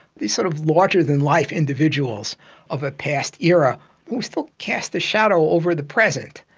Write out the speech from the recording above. the sort of larger-than-life individuals of a past era who still cast a shadow over the present,